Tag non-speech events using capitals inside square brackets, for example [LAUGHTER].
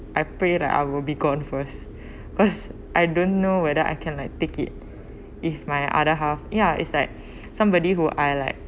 I prayed like I will be gone first [BREATH] cause I don't know whether I can like take it if my other half ya it's like [BREATH] somebody who are like